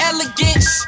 Elegance